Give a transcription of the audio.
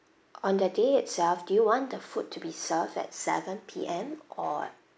on the day itself do you want the food to be served at seven P_M or